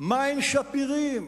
מים שפירים,